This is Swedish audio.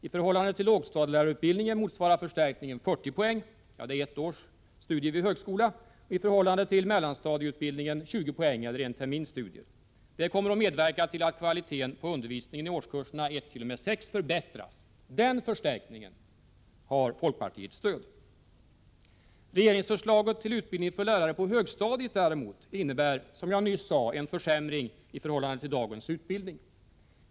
I förhållande till lågstadielärarutbildningen motsvarar förstärkningen 40 poäng - ett års studier vid högskola — och i förhållande till mellanstadielärarutbildningen 20 poäng, eller en termins studier. Detta kommer att medverka till att kvaliteten på undervisningen i årskurserna 1 t.o.m. 6 förbättras. Den förstärkningen har folkpartiets stöd. Regeringsförslaget om utbildning för lärare på högstadiet däremot innebär, som jag nyss sade, en försämring i förhållande till dagens utbildning.